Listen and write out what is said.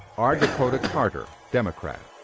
r. dakota cartr, democrat.